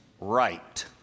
right